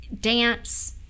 dance